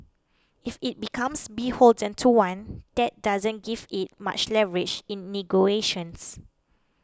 if it becomes beholden to one that doesn't give it much leverage in